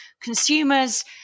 consumers